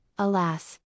Alas